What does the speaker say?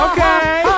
Okay